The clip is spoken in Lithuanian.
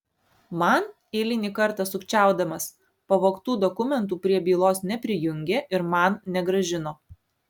man eilinį kartą sukčiaudamas pavogtų dokumentų prie bylos neprijungė ir man negrąžino